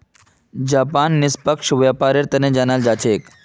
Japan निष्पक्ष व्यापारेर तने जानाल जा छेक